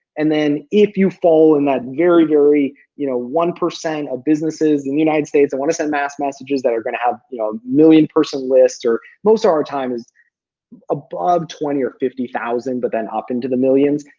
and then if you fall in that very, very, you know, one percent of businesses businesses in the united states that wanna send mass messages, that are gonna have, you know, a million person list or. most of our time is above twenty thousand or fifty thousand, but then opt in to the millions,